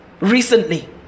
recently